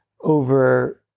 over